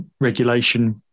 regulation